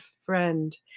friend